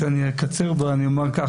אני אומר כך,